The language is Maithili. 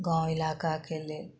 गाँव इलाकाके लेल